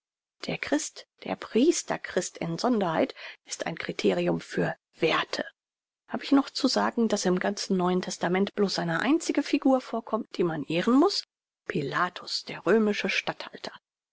der christ der priesterchrist in sonderheit ist ein kriterium für werthe habe ich noch zu sagen daß im ganzen neuen testament bloß eine einzige figur vorkommt die man ehren muß pilatus der römische statthalter